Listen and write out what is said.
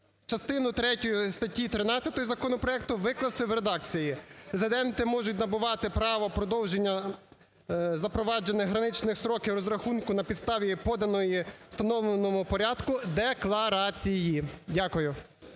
частину третю статті 13 законопроекту і викласти в редакції: "Резиденти можуть набувати право продовження запроваджених граничних строків розрахунку на підставі поданої у встановленому порядку декларації". Дякую.